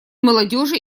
молодежи